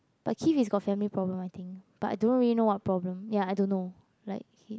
but Keith is got family problem I think but I don't really know what problem ya I don't know like he